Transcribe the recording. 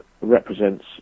represents